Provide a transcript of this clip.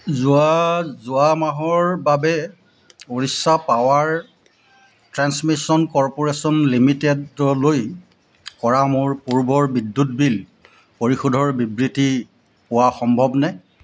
যোৱা যোৱা মাহৰ বাবে উৰিষ্যা পাৱাৰ ট্ৰেন্সমিশ্যন কৰ্পোৰেচন লিমিটেডলৈ কৰা মোৰ পূৰ্বৰ বিদ্যুৎ বিল পৰিশোধৰ বিবৃতি পোৱা সম্ভৱনে